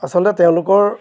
আচলতে তেওঁলোকৰ